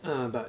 ah but